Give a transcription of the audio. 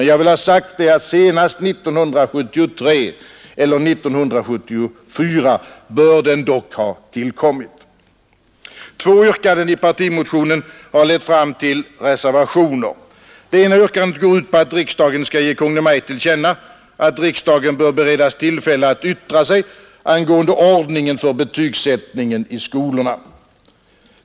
Jag vill ha sagt att senast 1973 eller 1974 bör den dock ha tillkommit. Två yrkanden i partimotionen har lett fram till reservationer. Det ena yrkandet går ut på att riksdagen skall ge Kungl. Maj:t till känna att riksdagen bör beredas tillfälle att yttra sig angående ordningen för betygsättningen i skolorna.